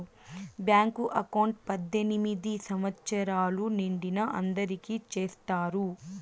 bank account పద్దెనిమిది సంవచ్చరాలు నిండిన అందరికి చేత్తారు